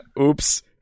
Oops